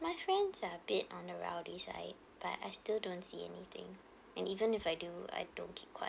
my friends are a bit on the rowdy side but I still don't see anything and even if I do I don't keep quiet